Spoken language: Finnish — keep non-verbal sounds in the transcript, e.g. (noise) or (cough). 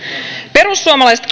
perussuomalaiset (unintelligible)